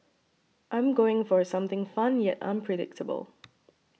I'm going for something fun yet unpredictable